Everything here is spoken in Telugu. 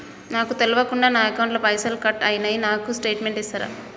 నాకు తెల్వకుండా నా అకౌంట్ ల పైసల్ కట్ అయినై నాకు స్టేటుమెంట్ ఇస్తరా?